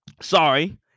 sorry